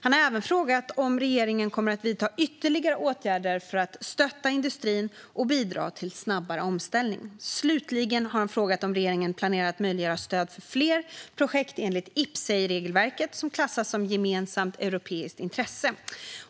Han har även frågat om regeringen kommer att vidta ytterligare åtgärder för att stötta industrin och bidra till snabbare omställning. Slutligen har han frågat om regeringen planerar att möjliggöra stöd för fler projekt enligt IPCEIregelverket som klassas som gemensamt europeiskt intresse.